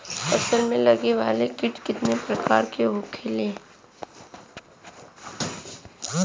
फसल में लगे वाला कीट कितने प्रकार के होखेला?